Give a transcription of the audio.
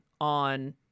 on